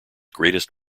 greatest